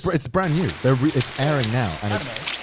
but it's brand new. it's airing now. and anime?